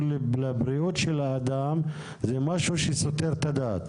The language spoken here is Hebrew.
לבריאות של האדם זה משהו שסותר את הדת?